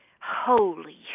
Holy